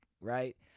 right